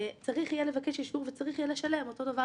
על התמונה שהעוזרים שלי צילמו - כנראה גם